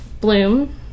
bloom